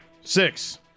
Six